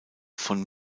von